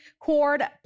cord